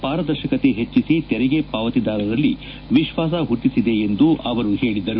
ಪಾರದರ್ಶಕತೆ ಹೆಚ್ಚಿಸಿ ತೆರಿಗೆ ಪಾವತಿದಾರರಲ್ಲಿ ವಿಶ್ವಾಸ ಹುಟ್ಟಿಸಿದೆ ಎಂದು ಅವರು ಹೇಳಿದ್ದಾರೆ